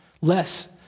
less